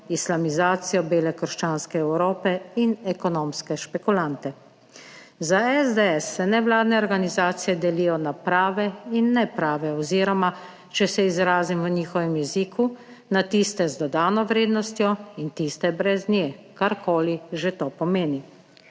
islamizacijo bele krščanske Evrope in ekonomske špekulante. Za SDS se nevladne organizacije delijo na prave in neprave oziroma, če se izrazim v njihovem jeziku, na tiste z dodano vrednostjo in tiste brez nje, karkoli že to pomeni.